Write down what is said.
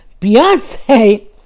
Beyonce